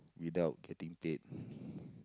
without getting paid